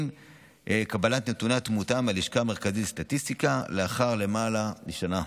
עם קבלת נתוני התמותה מהלשכה המרכזית לסטטיסטיקה לאחר למעלה משנה.